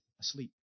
asleep